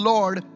Lord